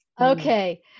Okay